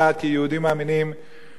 שילדי תלמודי-התורה,